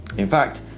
in fact,